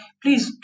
please